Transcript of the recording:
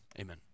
Amen